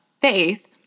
faith